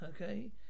okay